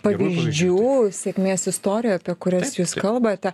pavyzdžių sėkmės istorijų apie kurias jūs kalbate